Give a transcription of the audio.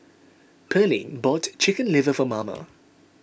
Pearlene bought Chicken Liver for Merna